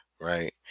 right